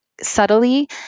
subtly